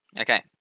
Okay